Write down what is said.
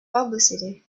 publicity